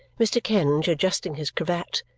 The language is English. mr. kenge, adjusting his cravat,